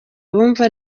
abumva